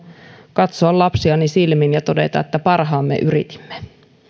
katsoa lapsiani silmiin ja todeta että parhaamme yritimme